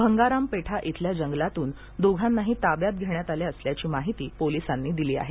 भंगारामपेठा इथल्या जंगलातून दोघांनाही ताब्यात घेण्यात आल्याची माहिती पोलिसांनी दिली आहे